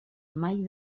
mai